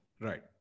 Right